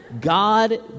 God